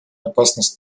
опасность